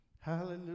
Hallelujah